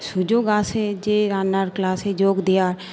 সুযোগ আসে যে রান্নার ক্লাসে যোগ দেওয়ার